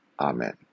Amen